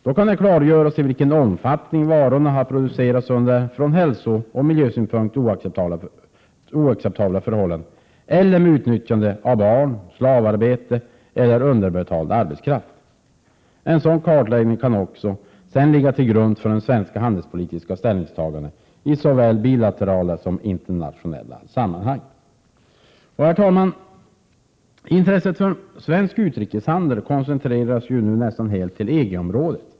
Då kan det klargöras i vilken omfattning varorna producerats under från hälsooch miljösynpunkt oacceptabla förhållanden eller med utnyttjande av barn, slavarbete eller underbetald arbetskraft. En sådan kartläggning kan sedan ligga till grund för svenska handelspolitiska ställningstaganden i såväl bilaterala som internationella sammanhang. Herr talman! Intresset för svensk utrikeshandel koncentreras nu nästan 125 Prot.